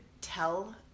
tell